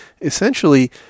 essentially